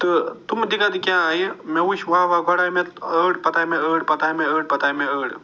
تہٕ تِمہٕ دِقعت کیٛاہ آیہِ کہِ مےٚ وُچھ واوا گۄڈٕ آے مےٚ ٲڑ پتہٕ آیہِ مےٚ ٲڑ پتہٕ آیہِ مےٚ ٲڑ پتہٕ آے مےٚ ٲڑ